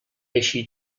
així